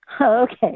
Okay